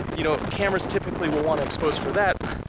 you know cameras typically will wanna expose for that,